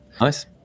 Nice